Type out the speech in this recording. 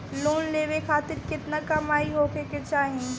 Loan लेवे खातिर केतना कमाई होखे के चाही?